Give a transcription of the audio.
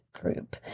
Group